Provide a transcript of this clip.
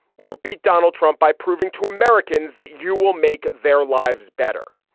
you will beat donald trump by proving to americans that you will make their lives better,